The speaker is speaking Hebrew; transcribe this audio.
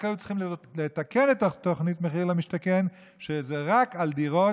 רק היו צריכים לתקן את תוכנית מחיר למשתכן כך שזה רק על דירות